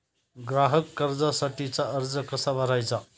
ग्राहक कर्जासाठीचा अर्ज कसा भरायचा?